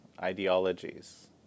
ideologies